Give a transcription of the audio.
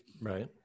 Right